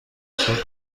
صبح